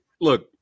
look